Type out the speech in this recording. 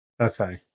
Okay